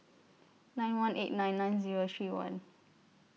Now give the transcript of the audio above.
nine one eight nine nine Zero three one